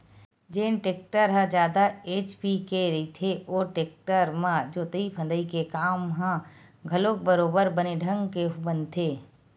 जेन टेक्टर ह जादा एच.पी के रहिथे ओ टेक्टर म जोतई फंदई के काम ह घलोक बरोबर बने ढंग के बनथे